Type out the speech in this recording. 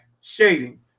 shading